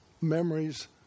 memories